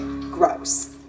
Gross